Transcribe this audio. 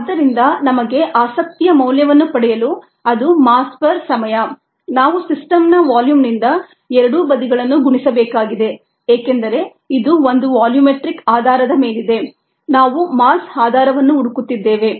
ಆದ್ದರಿಂದ ನಮಗೆ ಆಸಕ್ತಿಯ ಮೌಲ್ಯವನ್ನು ಪಡೆಯಲು ಅದು ಮಾಸ್ ಪರ್ ಸಮಯ ನಾವು ಸಿಸ್ಟಮ್ನ ವಾಲ್ಯೂಮ್ ನಿಂದ ಎರಡೂ ಬದಿಗಳನ್ನು ಗುಣಿಸಬೇಕಾಗಿದೆ ಏಕೆಂದರೆ ಇದು ಒಂದು ವಾಲ್ಯೂಮೆಟ್ರಿಕ್ ಆಧಾರದ ಮೇಲಿದೆ ನಾವು ಮಾಸ್ ಆಧಾರವನ್ನು ಹುಡುಕುತ್ತಿದ್ದೇವೆ